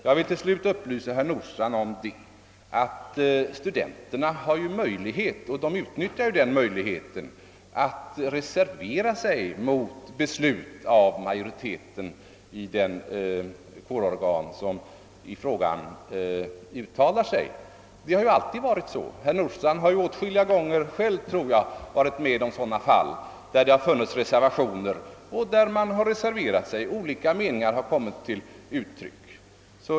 Jag vill upplysa herr Nordstrandh om att studenterna har möjlighet — och den utnyttjar de — att reservera sig mot beslut av majoriteten i det kårorgan som uttalar sig i en fråga. Det har alltid varit så. Herr Nordstrandh har åtskilliga gånger själv, tror jag, varit med om fall där det funnits reservationer; olika meningar har kommit till uttryck.